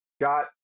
got